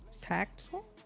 Tactful